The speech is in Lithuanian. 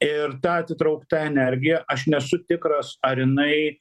ir ta atitraukta energija aš nesu tikras ar jinai